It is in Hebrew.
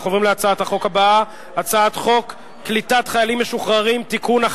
אנחנו עוברים להצעת החוק הבאה: הצעת חוק קליטת חיילים משוחררים (תיקון,